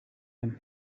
him